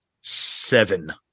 seven